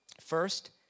First